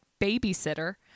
Babysitter